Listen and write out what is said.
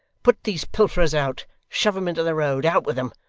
put these pilferers out, shove em into the road, out with em!